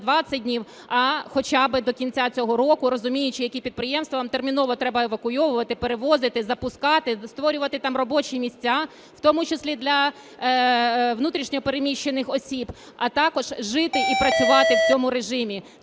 20 днів, а хоча б до кінця цього року, розуміючи, які підприємства терміново треба евакуйовувати, перевозити, запускати, створювати там робочі місця, в тому числі для внутрішньо переміщених осіб, а також жити і працювати в цьому режимі.